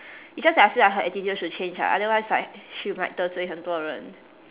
it's just that I feel like her attitude should change ah otherwise like she might 得罪很多人